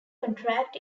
contract